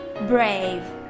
brave